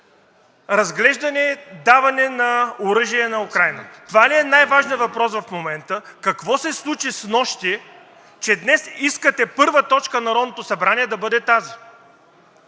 разглеждане и даване на оръжие на Украйна? Това ли е най-важният въпрос в момента? Какво се случи снощи, че днес искате първа точка на Народното събрание да бъде тази?